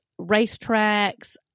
racetracks